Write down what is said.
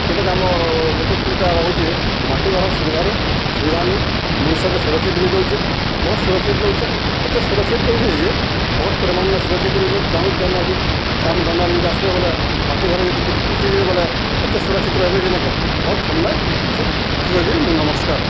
ଯେନ୍ଟାକି ଆମର୍ ଯେତେ ଇଟା ରହୁଚେ ମାଟି ଘରର ସୁବିଧାରୁ ସୁବିଧା ନାହିଁ ମଣିଷକେ ସୁରକ୍ଷିତ୍ ବି ଦଉଚେ ବହୁତ୍ ସୁରକ୍ଷିତ୍ ଦଉଚେ ଏତେ ସୁରକ୍ଷିତ୍ ଦଉଚେ ଯେ ବହୁତ୍ ପରିମାଣ୍ରେ ସୁରକ୍ଷିତ୍ ରହୁଚେ ଯଉଁ ଯେନ ବି କାମ୍ ଧନ୍ଦାରେ ଯଦି ଆସ୍ବେ ବଏଲେ ମାଟି ଘରେ ଯଦିି ଢୁକି ଯିବେ ବଏଲେ ଏତେ ସୁରକ୍ଷିତ୍ ରହେବେ ଯେ ନିକେଁ ବହୁତ୍ ଥଣ୍ଡା ସେ ଏତ୍କି କହିିକିରି ମୁଁ ନମସ୍କାର୍